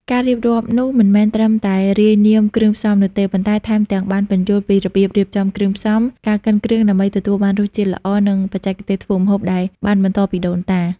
ការរៀបរាប់នោះមិនមែនត្រឹមតែរាយនាមគ្រឿងផ្សំនោះទេ ប៉ុន្តែថែមទាំងបានពន្យល់ពីរបៀបរៀបចំគ្រឿងផ្សំ ការកិនគ្រឿងដើម្បីទទួលបានរសជាតិល្អ និងបច្ចេកទេសធ្វើម្ហូបដែលបានបន្តពីដូនតា។